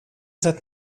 that